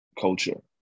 culture